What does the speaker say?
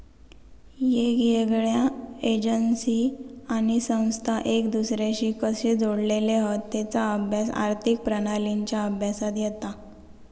येगयेगळ्या एजेंसी आणि संस्था एक दुसर्याशी कशे जोडलेले हत तेचा अभ्यास आर्थिक प्रणालींच्या अभ्यासात येता